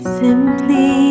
simply